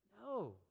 No